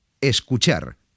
Escuchar